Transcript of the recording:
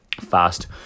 fast